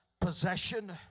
possession